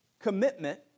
commitment